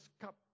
cup